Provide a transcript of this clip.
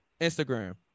Instagram